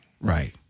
Right